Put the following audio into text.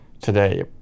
today